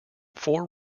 four